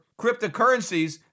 cryptocurrencies